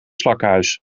slakkenhuis